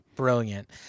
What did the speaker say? brilliant